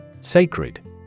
Sacred